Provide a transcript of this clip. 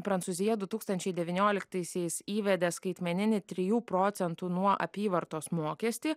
prancūzija du tūkstančiai devynioliktaisiais įvedė skaitmeninį trijų procentų nuo apyvartos mokestį